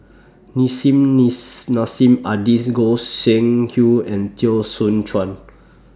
Nissim lease Nassim Adis Goi Seng Hui and Teo Soon Chuan